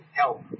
help